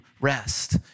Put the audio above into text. rest